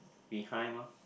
behind mah